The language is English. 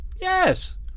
Yes